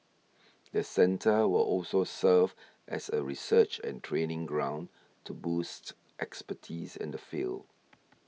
the centre will also serve as a research and training ground to boost expertise in the field